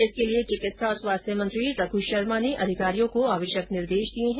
इसके लिये चिकित्सा और स्वास्थ्य मंत्री रघ शर्मा ने अधिकारियों को आवश्यक निर्देश दिये है